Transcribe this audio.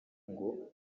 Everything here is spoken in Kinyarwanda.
ngo